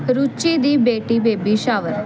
ਰੁਚੀ ਦੀ ਬੇਟੀ baby shower